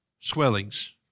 swellings